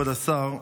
כבוד השר,